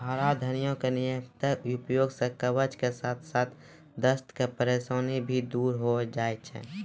हरा धनिया के नियमित उपयोग सॅ कब्ज के साथॅ साथॅ दस्त के परेशानी भी दूर होय जाय छै